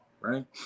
right